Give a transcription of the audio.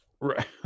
Right